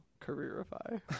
careerify